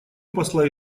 посла